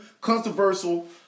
controversial